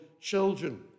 children